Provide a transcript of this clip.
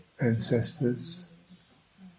Ancestors